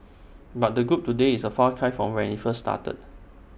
but the group today is A far cry from when IT first started